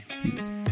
thanks